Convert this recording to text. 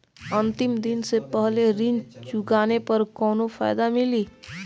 अंतिम दिन से पहले ऋण चुकाने पर कौनो फायदा मिली?